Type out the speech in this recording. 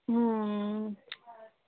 ꯎꯝ